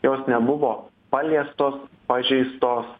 jos nebuvo paliestos pažeistos